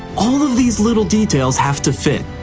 all of these little details have to fit.